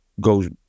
goes